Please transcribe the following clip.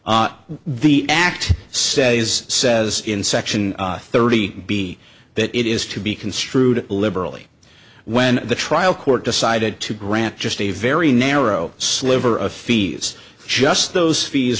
clients the act says says in section thirty b that it is to be construed liberally when the trial court decided to grant just a very narrow sliver of fees just those fees